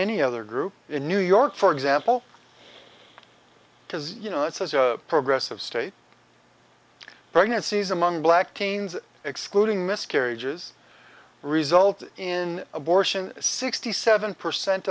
any other group in new york for example because you know it says progressive state pregnancies among black teens excluding miscarriages resulted in abortion sixty seven percent